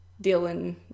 dealing